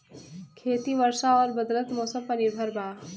खेती वर्षा और बदलत मौसम पर निर्भर बा